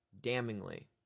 damningly